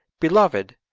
beloved,